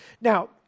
Now